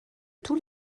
tous